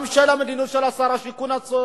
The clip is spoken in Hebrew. גם המדיניות של שר השיכון עצמו,